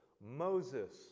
Moses